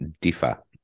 differ